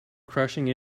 crashing